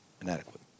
inadequate